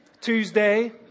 Tuesday